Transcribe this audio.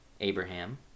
Abraham